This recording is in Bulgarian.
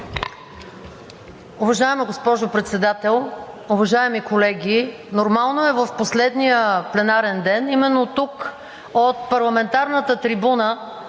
Уважаема госпожо Председател, уважаеми колеги! Нормално е в последния пленарен ден именно тук от парламентарната трибуна